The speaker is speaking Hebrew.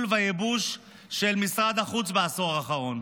והייבוש של משרד החוץ בעשור האחרון.